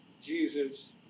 Jesus